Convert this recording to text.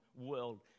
world